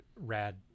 rad